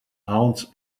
aunt